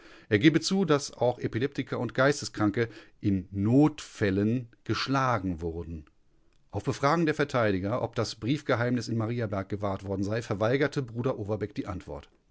er gebe zu daß auch epileptiker und geisteskranke in notfällen geschlagen wurden auf befragen der verteidiger ob das briefgeheimnis in mariaberg gewahrt worden sei verweigerte bruder overbeck die antwort